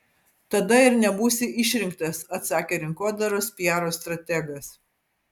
tada ir nebūsi išrinktas atsakė rinkodaros piaro strategas